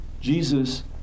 Jesus